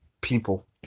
people